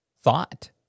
thought